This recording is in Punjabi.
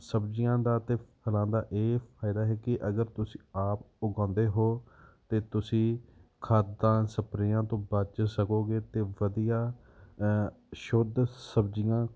ਸਬਜ਼ੀਆਂ ਦਾ ਅਤੇ ਫਲਾਂ ਦਾ ਇਹ ਫਾਇਦਾ ਹੈ ਕਿ ਅਗਰ ਤੁਸੀਂ ਆਪ ਉਗਾਉਂਦੇ ਹੋ ਅਤੇ ਤੁਸੀਂ ਖਾਦਾਂ ਸਪਰੇਆਂ ਤੋਂ ਬਚ ਸਕੋਗੇ ਅਤੇ ਵਧੀਆ ਸ਼ੁੱਧ ਸਬਜ਼ੀਆਂ